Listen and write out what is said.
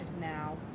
now